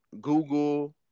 Google